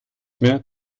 mehr